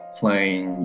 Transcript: playing